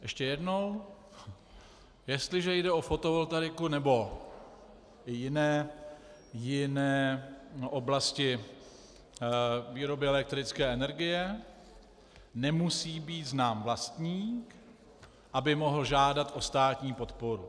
Ještě jednou: Jestliže jde o fotovoltaiku nebo jiné oblasti výroby elektrické energie, nemusí být znám vlastník, aby mohl žádat o státní podporu.